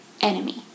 enemy